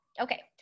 Okay